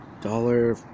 dollar